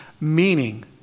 meaning